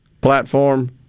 platform